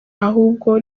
ahubwo